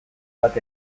bat